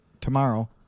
tomorrow